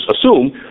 assume